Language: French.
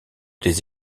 des